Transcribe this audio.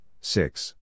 six